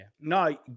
No